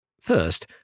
First